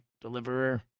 deliverer